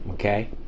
Okay